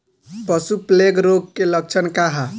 पशु प्लेग रोग के लक्षण का ह?